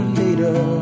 later